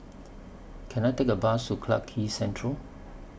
Can I Take A Bus to Clarke Quay Central